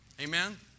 Amen